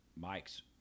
mics